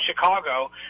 Chicago